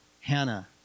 Hannah